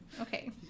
Okay